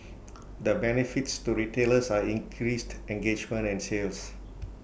the benefits to retailers are increased engagement and sales